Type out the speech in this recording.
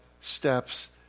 steps